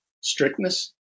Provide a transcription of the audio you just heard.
strictness